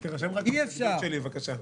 אי-אפשר,